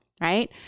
right